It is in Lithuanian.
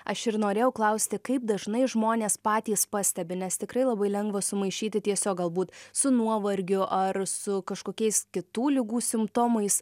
aš ir norėjau klausti kaip dažnai žmonės patys pastebi nes tikrai labai lengva sumaišyti tiesiog galbūt su nuovargiu ar su kažkokiais kitų ligų simptomais